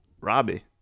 Robbie